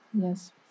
Yes